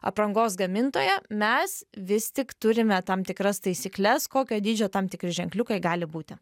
aprangos gamintoja mes vis tik turime tam tikras taisykles kokio dydžio tam tikri ženkliukai gali būti